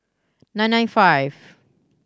nine nine five